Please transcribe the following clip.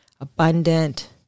abundant